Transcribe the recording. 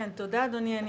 תודה, אדוני.